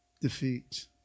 Defeat